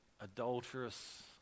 adulterous